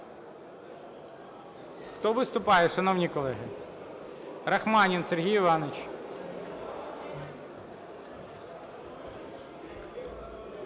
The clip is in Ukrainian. Хто виступає, шановні колеги? Рахманін Сергій Іванович.